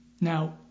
Now